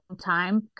time